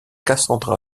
cassandra